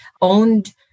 owned